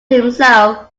himself